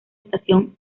estación